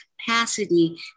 capacity